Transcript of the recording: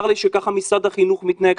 צר לי שככה משרד החינוך מתנהג.